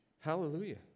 Hallelujah